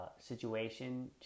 situation